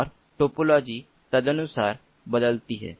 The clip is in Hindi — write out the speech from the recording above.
और टोपोलॉजी तदनुसार बदलती है